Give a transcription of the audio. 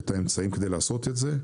יש לנו את האפשרות ואת האמצעים לעשות את זה.